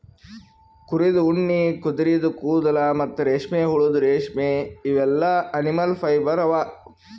ಕುರಿದ್ ಉಣ್ಣಿ ಕುದರಿದು ಕೂದಲ ಮತ್ತ್ ರೇಷ್ಮೆಹುಳದ್ ರೇಶ್ಮಿ ಇವೆಲ್ಲಾ ಅನಿಮಲ್ ಫೈಬರ್ ಅವಾ